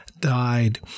died